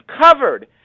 covered